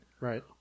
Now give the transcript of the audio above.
Right